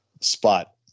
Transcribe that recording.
spot